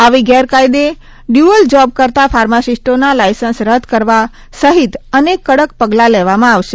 આવી ગેરકાયદે dual job કરતા ફાર્માસીસ્ટોના લાયસન્સ રદ્દ કરવા સહિત અનેક કડક પગલાં લેવામાં આવશે